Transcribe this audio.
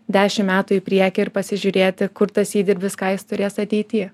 dešim metų į priekį ir pasižiūrėti kur tas įdirbis ką jis turės ateity